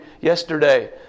yesterday